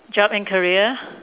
job and career